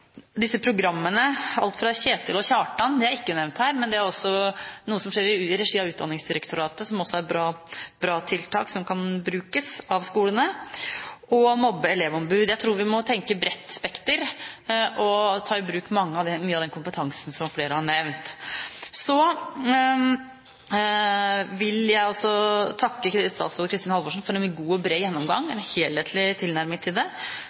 alt fra politi, konfliktråd og programmer til Kjetil & Kjartan. De har ikke vært nevnt her, men det er også et bra tiltak som skjer i regi av Utdanningsdirektoratet, som også kan brukes av skolene og mobbe-/elevombudene. Jeg tror vi må tenke i et bredt spekter og ta i bruk mye av den kompetansen som flere har nevnt. Så vil jeg også takke statsråd Kristin Halvorsen for en god og bred gjennomgang og en helhetlig tilnærming til det,